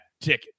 ticket